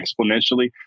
exponentially